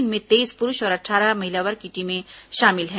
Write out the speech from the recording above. इनमें तेईस पुरूष और अट्ठारह महिला वर्ग की टीमें शामिल हैं